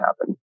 happen